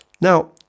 Now